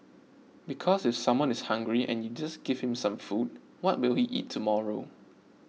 because if someone is hungry and you just give him some food what will he eat tomorrow